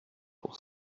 pour